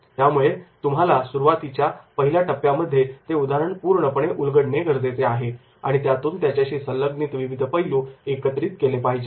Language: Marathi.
त्यामुळे तुम्हाला सुरुवातीला पहिल्या टप्प्यामध्ये ते उदाहरण पूर्णपणे उलगडणे गरजेचे आहे आणि त्यातून त्याच्याशी संलग्नीत विविध पैलू एकत्रित केले पाहिजेत